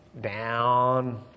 down